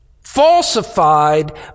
falsified